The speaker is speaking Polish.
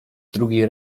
drugi